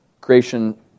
creation